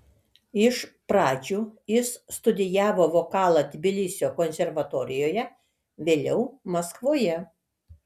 iš pradžių jis studijavo vokalą tbilisio konservatorijoje vėliau maskvoje